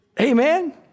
Amen